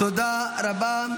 תודה רבה.